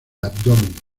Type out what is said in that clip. abdomen